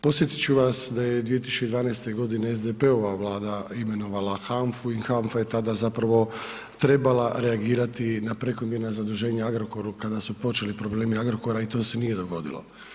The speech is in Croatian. Podsjetit ću vas da je 2012.g. SDP-ova Vlada imenovala HANFA-u i HANFA je tada zapravo trebala reagirati na prekomjerna zaduženja Agrokoru kada su počeli problemi Agrokora i to se nije dogodilo.